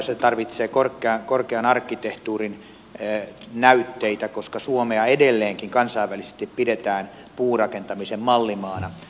se tarvitsee korkean arkkitehtuurin näytteitä koska suomea edelleenkin kansainvälisesti pidetään puurakentamisen mallimaana